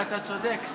אתה צודק.